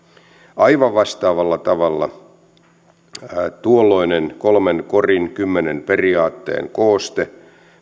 aivan vastaavalla tavalla kuin tuolloinen kolmen korin kymmenen periaatteen kooste